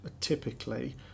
typically